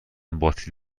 باتری